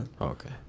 Okay